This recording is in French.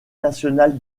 nationale